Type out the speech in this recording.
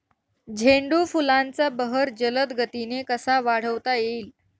झेंडू फुलांचा बहर जलद गतीने कसा वाढवता येईल?